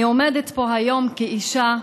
אני עומדת פה היום כאישה,